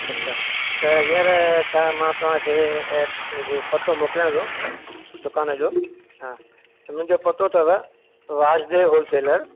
अछा त हींअर छा मां तव्हां खे पतो मोकिलियांव थो दुकान जो हा त मुंहिजो पतो अथव वासदेव होलसेलर